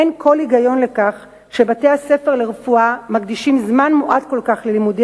אין כל היגיון בכך שבתי-הספר לרפואה מקדישים זמן מועט כל כך ללימודי